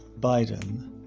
biden